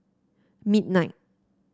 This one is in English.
midnight